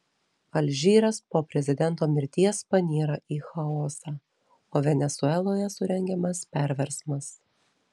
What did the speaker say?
alžyras po prezidento mirties panyra į chaosą o venesueloje surengiamas perversmas